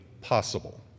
Possible